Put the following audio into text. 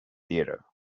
theatre